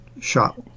shot